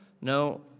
No